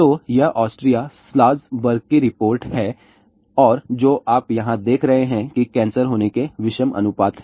तो यह Austria Salzburg की रिपोर्ट है और जो आप यहाँ देख रहे हैं कि कैंसर होने के विषम अनुपात है